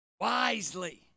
wisely